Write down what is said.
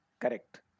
correct